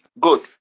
Good